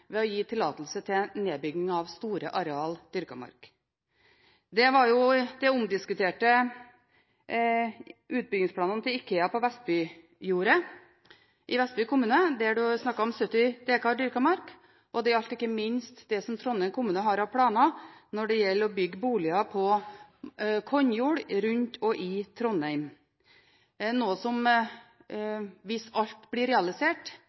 ved å gi tillatelse til nedbygging av store areal dyrket mark. Det gjaldt de omdiskuterte utbyggingsplanene til IKEA på Delijordet i Vestby kommune, der det var snakk om 70 dekar dyrket mark. Det gjaldt ikke minst det som Trondheim kommune har av planer når det gjelder å bygge boliger på kornjord rundt og i Trondheim, noe som – hvis alt blir realisert